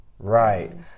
right